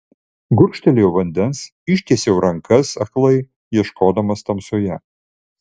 gurkštelėjau vandens ištiesiau rankas aklai ieškodamas tamsoje